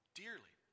dearly